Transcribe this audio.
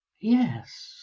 yes